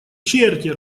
черти